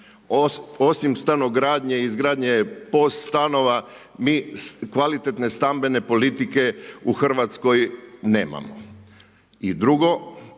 Osim stanogradnje i izgradnje POS stanova mi kvalitetne stambene politike u Hrvatskoj nemamo.